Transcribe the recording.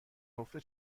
حفره